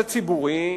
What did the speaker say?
זה נושא ציבורי.